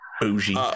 Bougie